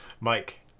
Mike